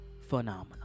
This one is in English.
Phenomenal